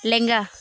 ᱞᱮᱸᱜᱟ